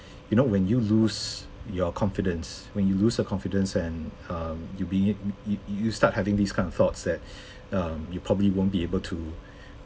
you know when you lose your confidence when you lose your confidence and um you bein~ yo~ yo~ you start having this kind of thoughts that um you probably won't be able to